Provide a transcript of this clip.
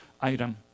item